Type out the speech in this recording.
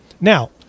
now